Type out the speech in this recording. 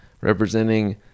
representing